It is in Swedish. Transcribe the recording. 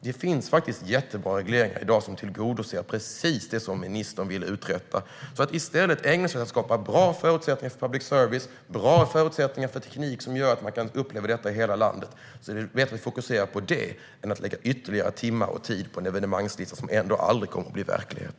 Det finns faktiskt jättebra regleringar i dag som åstadkommer precis det som ministern vill uträtta. Det är bättre att ägna sig åt och fokusera på att skapa bra förutsättningar för public service och bra förutsättningar för teknik som gör att man kan uppleva detta i hela landet än att lägga ytterligare timmar och tid på en evenemangslista som ändå aldrig kommer att bli verklighet.